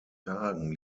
tagen